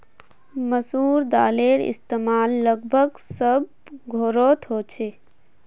मसूर दालेर इस्तेमाल लगभग सब घोरोत होछे